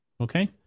Okay